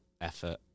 effort